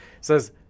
says